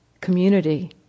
community